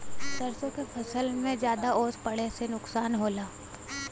सरसों के फसल मे ज्यादा ओस पड़ले से का नुकसान होला?